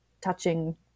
touching